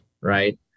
Right